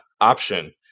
option